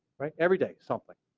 every day, something.